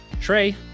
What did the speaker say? Trey